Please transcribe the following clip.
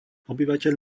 obyvateľ